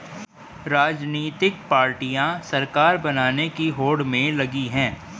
राजनीतिक पार्टियां सरकार बनाने की होड़ में लगी हैं